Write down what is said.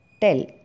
tell